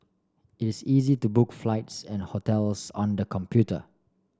it is easy to book flights and hotels on the computer